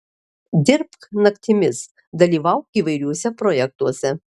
dirbk naktimis dalyvauk įvairiuose projektuose